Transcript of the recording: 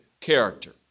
character